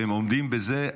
והם עומדים בזה,